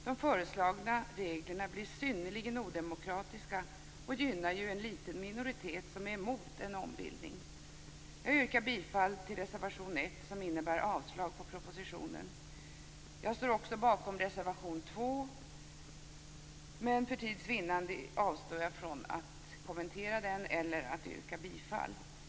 De föreslagna reglerna blir synnerligen odemokratiska och gynnar en liten minoritet som är mot en ombildning. Jag yrkar bifall till reservation 1, som innebär avslag på propositionen. Jag står också bakom reservation 2, men för tids vinnande avstår jag från att kommentera den eller yrka bifall till den.